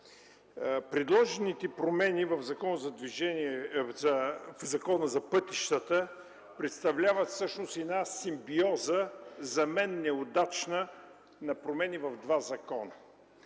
Предложените промени в Закона за пътищата представляват всъщност една симбиоза, за мен неудачна, на промени в два закона.